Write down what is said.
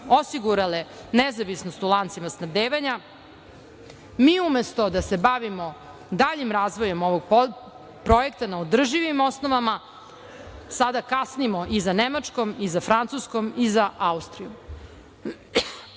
osigurali nezavisnost u lancima snabdevanja, mi umesto da se bavimo daljim razvojem ovog projekta na održivim osnovama, sada kasnimo i za Nemačkom, i za Francuskom i za Austrijom.